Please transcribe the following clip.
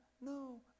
no